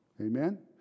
Amen